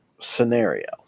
scenario